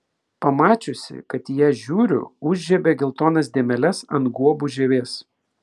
pamačiusi kad į ją žiūriu užžiebė geltonas dėmeles ant guobų žievės